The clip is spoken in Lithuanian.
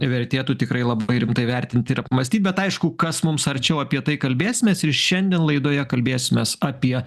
vertėtų tikrai labai rimtai vertint ir apmąstyt bet aišku kas mums arčiau apie tai kalbėsimės ir šiandien laidoje kalbėsimės apie